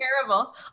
terrible